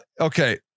Okay